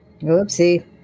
Oopsie